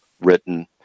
written